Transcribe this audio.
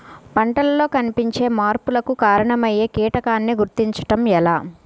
పంటలలో కనిపించే మార్పులకు కారణమయ్యే కీటకాన్ని గుర్తుంచటం ఎలా?